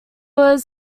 was